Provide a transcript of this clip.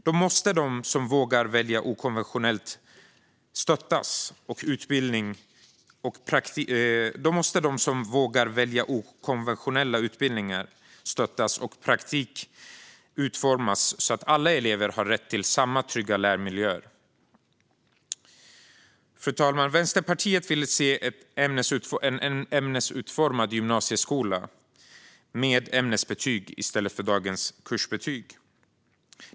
Då måste de som vågar välja okonventionella utbildningar stöttas och praktik utformas så att alla elever har rätt till samma trygga lärmiljöer. Fru talman! Vänsterpartiet vill se en ämnesutformad gymnasieskola med ämnesbetyg i stället för dagens kursbetyg.